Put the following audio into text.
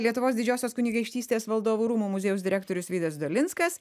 lietuvos didžiosios kunigaikštystės valdovų rūmų muziejaus direktorius vydas dolinskas